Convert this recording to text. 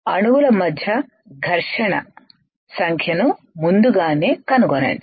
అణువుల మధ్య ఘర్షణ సంఖ్యను ముందుగానే కనుగొనండి